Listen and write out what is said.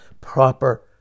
proper